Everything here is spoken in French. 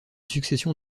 succession